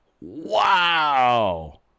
Wow